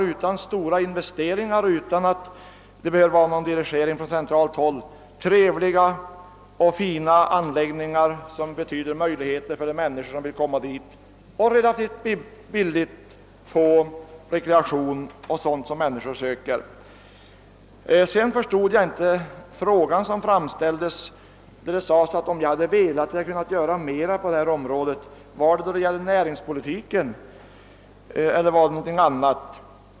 Utan stora investeringar och utan dirigering från centralt håll skapar de trevliga och fina anläggningar, som ger människor möjlighet att relativt billigt få sådan rekreation som de söker. Jag förstod inte herr Lundbergs yttrande, att om jag hade velat hade jag kunnat göra mer på detta område. Gällde det näringspolitik eller något annat?